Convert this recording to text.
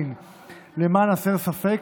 למען הסר ספק,